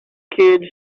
kids